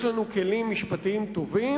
יש לנו כלים משפטיים טובים